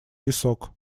висок